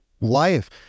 life